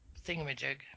thingamajig